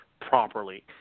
properly